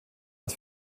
als